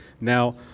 Now